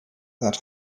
that